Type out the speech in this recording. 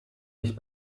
nicht